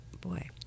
Boy